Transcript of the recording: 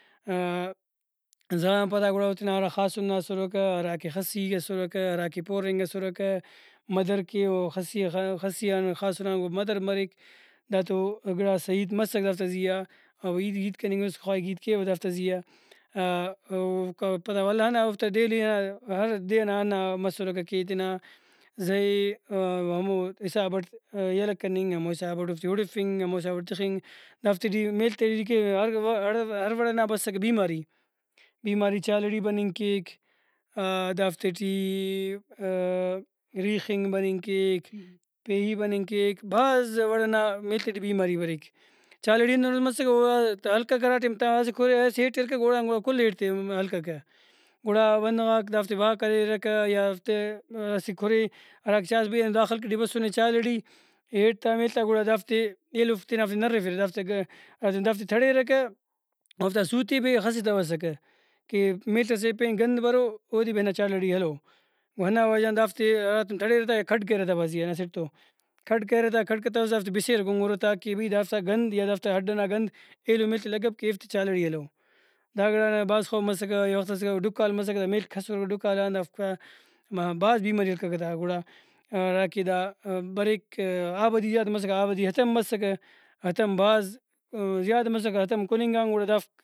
زہ آن پدا گڑا او تینا ہرا خاسن نا اسرکہ ہراکہ خسیک اسرکہ ہراکہ پورنگ اسرکہ مدر کہ ؤ خسی خسی آن خاسن آن مدر مریک دا تو گڑاس ہیت مسک دافتا زیہا او ہیت ہیت کننگ اُست خواہک ہیت کیوہ دافتا زیہا اوکا پدا ولدانا اوفتا ڈیلی نا ہر دے ئنا ہنا مسرکہ کہ تینا زہ ئے ہمو حسابٹ یلہ کننگ ہمو حسابٹ اوفتے اُڑفنگ ہمو حسابٹ تخنگ دافتے ٹی میل تے ٹی کہ ہر وڑ ئنا بسکہ بیماری بیماری چالڑی بننگ کیک دافتے ٹی ریخنگ مننگ کیک پیہی بننگ کیک بھاز وڑ ئنا میل تے ٹی بیماری بریک چالڑی ہندنوس مسکہ او ہلککہ ہرا ٹائم تہ اسہ کھرے اسہ ہیٹ ئے ہلککہ اوڑان گڑا کُلے ہیٹ تے ہلککہ گڑا بندغاک دافتے بہا کریرکہ یا دافتے اسہ کُھرے ہرا کہ چائس بھئی اینو دا خلق ٹی بسُنے چالڑی ہیٹ تا میل تا گڑا دافتے ایلوفک تینافتے نرفیرہ دافتے کہ ہراٹائم دافتے تڑیرکہ اوفتا سُوتے بی خستوسکہ کہ میل سے پین گند برو اودے بھی ہندا چالڑی ہلو گڑا ہندا وجہ غان دافتے ہراتم تھڑیرہ تا یا کھڈ کریرہ تا بھازی آن اسٹ تو کھڈ کریرہ تا کھڈ کتوسہ دافتے بسیرہ کُنگرہ تاکہ بھئی دافتا گند یا دافتا ہڈ ئنا گند ایلو میل تے لگپ کہ ایفتے چالڑی ہلو۔ داگڑا نا بھاز خوف مسکہ یا وختس ڈکال مسکہ دا میل کھسکرہ ڈکال آن دافک بھاز بیماری ہلککہ تا گڑا ہراکہ دا بریک آبادی یاد مسکہ آبادی ہتم مسکہ ہتم بھاز زیادہ مسکہ ہتم کننگ آن گڑا دافک